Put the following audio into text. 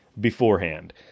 beforehand